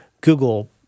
Google